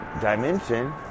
dimension